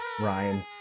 Ryan